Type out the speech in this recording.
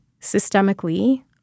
systemically